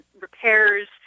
repairs